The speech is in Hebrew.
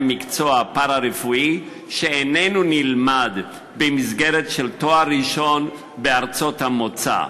מקצוע פארה-רפואי שאיננו נלמד במסגרת תואר ראשון בארצות המוצא.